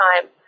time